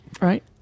Right